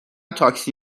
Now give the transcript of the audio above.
تاکسی